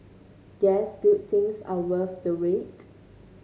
guess good things are worth the wait